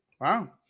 wow